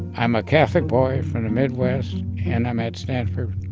i'm a catholic boy from the midwest, and i'm at stanford.